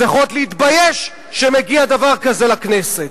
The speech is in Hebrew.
צריכים להתבייש שמגיע דבר כזה לכנסת.